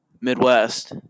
Midwest